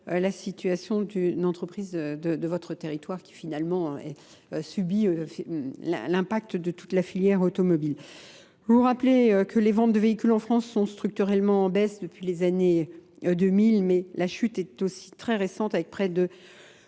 la situation d'une entreprise de votre territoire qui finalement subit l'impact de toute la filière automobile. Vous rappelez que les ventes de véhicules en France sont structurellement en baisse depuis les années 2000, mais la chute est aussi très récente avec près de